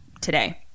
today